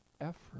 effort